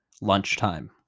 lunchtime